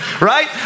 right